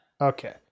okay